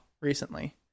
recently